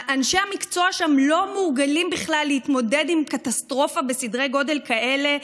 אנשי המקצוע שם לא מורגלים בכלל בהתמודדות עם קטסטרופה בסדרי גודל כאלה.